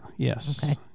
Yes